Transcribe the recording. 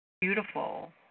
Beautiful